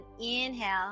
inhale